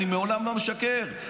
אני לעולם לא משקר.